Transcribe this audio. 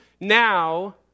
now